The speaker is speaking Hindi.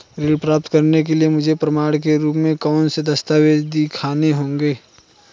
ऋण प्राप्त करने के लिए मुझे प्रमाण के रूप में कौन से दस्तावेज़ दिखाने होंगे?